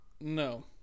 no